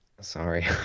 Sorry